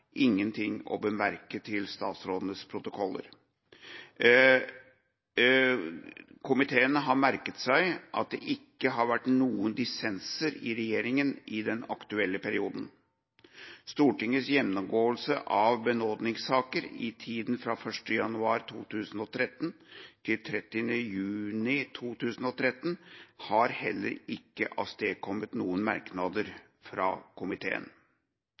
ingenting å bemerke til statsrådenes protokoller. Komiteen har merket seg at det ikke har vært noen dissenser i regjeringa i den aktuelle perioden. Stortingets gjennomgåelse av benådningssaker i tida fra 1. januar 2013 til 30. juni 2013 har heller ikke avstedkommet noen merknader fra komiteen.